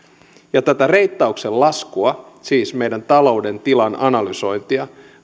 tätä reittauksen laskua siis meidän talouden tilan analysointia